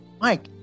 Mike